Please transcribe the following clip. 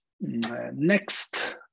next